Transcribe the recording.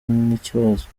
n’ikibazo